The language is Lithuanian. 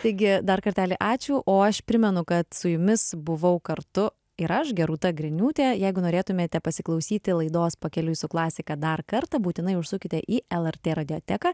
taigi dar kartelį ačiū o aš primenu kad su jumis buvau kartu ir aš gerūta griniūtė jeigu norėtumėte pasiklausyti laidos pakeliui su klasika dar kartą būtinai užsukite į lrt radioteką